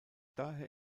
daher